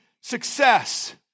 success